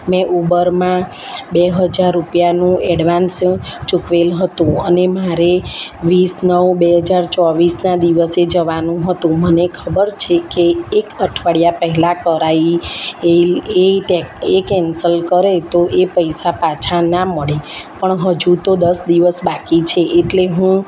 મેં ઉબરમાં બે હજાર રૂપિયાનું એડવાન્સ ચૂકવેલ હતું અને મારે વીસ નવ બેહજાર ચોવીસના દિવસે જવાનું હતું મને ખબર છે કે એક અઠવાડિયા પહેલાં કરાવી એ કેન્સલ કરે તો એ પૈસા પાછા ના મળે પણ હજુ તો દસ દિવસ બાકી છે એટલે હું